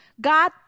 God